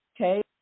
okay